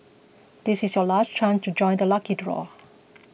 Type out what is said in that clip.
this is your last chance to join the lucky draw